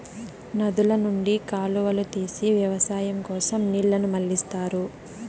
నదుల నుండి కాలువలు తీసి వ్యవసాయం కోసం నీళ్ళను మళ్ళిస్తారు